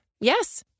Yes